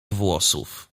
włosów